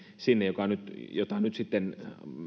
sinne missä nyt sitten